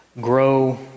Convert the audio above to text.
grow